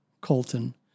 Colton